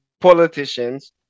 politicians